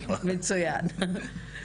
מצוין.